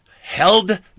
held